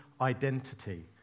identity